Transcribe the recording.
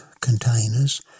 containers